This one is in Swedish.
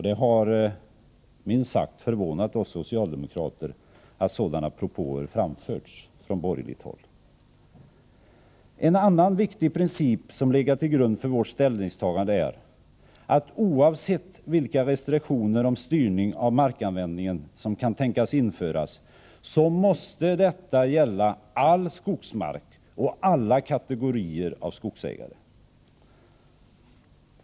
Det har minst sagt förvånat oss socialdemokrater att sådana propåer framförts från borgerligt håll. En annan viktig princip som legat till grund för vårt ställningstagande är att oavsett vilka restriktioner om styrning av markanvändningen som kan tänkas införas, måste de gälla all skogsmark och alla kategorier av skogsägare.